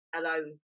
alone